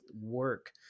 work